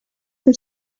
for